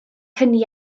hynny